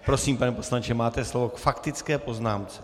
Prosím, pane poslanče, máte slovo k faktické poznámce.